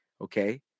okay